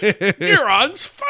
Neurons